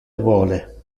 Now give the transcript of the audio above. vole